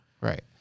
Right